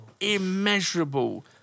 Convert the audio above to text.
immeasurable